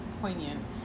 poignant